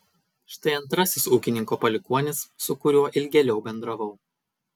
štai antrasis ūkininko palikuonis su kuriuo ilgėliau bendravau